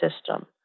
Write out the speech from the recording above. system